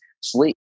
sleep